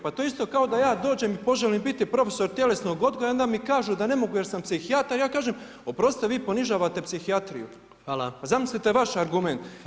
Pa to je isto kao da ja dođem i poželim biti profesor tjelesnog odgoja i onda mi kažu da ne mogu jer sam psihijatar a ja kažem, oprostite vi ponižavate psihijatriju [[Upadica predsjednik: Hvala.]] A zamislite vaš argument.